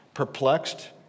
perplexed